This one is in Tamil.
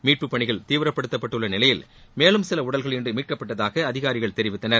மீட்புப் பணிகள் தீவிரப்படுத்தப்பட்டுள்ள நிலையில் மேலும் சில உடல்கள் இன்று மீட்கப்பட்டதாக அதிகாரிகள் தெரிவித்தனர்